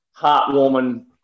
heartwarming